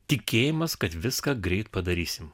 tikėjimas kad viską greit padarysim